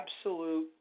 absolute